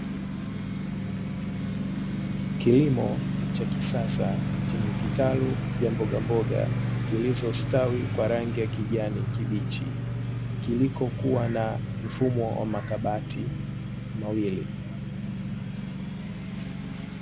Kilimo cha kisasa chenye vitalu vya mbogamboga, zilizostawi kwa rangi ya kijani kibichi, kilikokuwa na mfumo wa makabati mawili.